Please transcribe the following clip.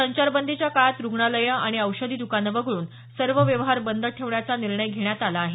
संचारबंदीच्या काळात रूग्णालयं आणि औषधी द्कान वगळून सर्व व्यवहार बंद ठेवण्याचा निर्णय घेण्यात आला आहे